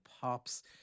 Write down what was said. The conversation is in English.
pops